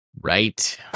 Right